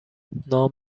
نام